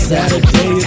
Saturday